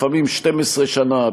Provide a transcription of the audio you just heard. לפעמים 12 שנה,